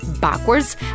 backwards